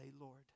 Lord